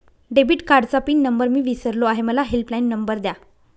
debit कार्डचा pin number मी विसरलो आहे मला हेल्पलाइन नंबर द्या